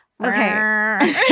Okay